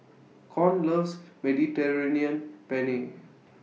Con loves Mediterranean Penne